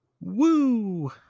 Woo